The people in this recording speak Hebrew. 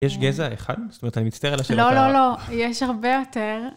יש גזע אחד? זאת אומרת, אני מצטער על השאלה שלך. לא, לא, לא, יש הרבה יותר.